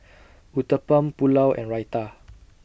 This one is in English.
Uthapam Pulao and Raita